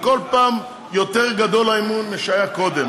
וכל פעם האמון יותר גדול משהיה קודם.